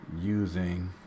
Using